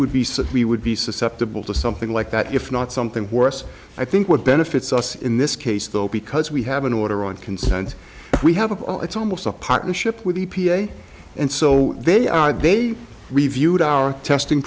we would be susceptible to something like that if not something worse i think what benefits us in this case though because we have an order on consent we have all it's almost a partnership with the e p a and so they are they've reviewed our testing